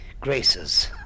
graces